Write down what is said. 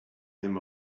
him